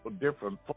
different